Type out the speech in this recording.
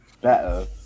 better